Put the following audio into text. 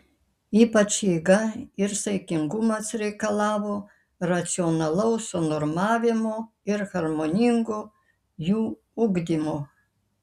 ypač jėga ir saikingumas reikalavo racionalaus sunormavimo ir harmoningo jų ugdymo